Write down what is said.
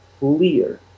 clear